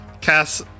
Cass